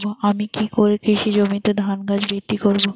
আমি কী করে কৃষি জমিতে ধান গাছ বৃদ্ধি করব?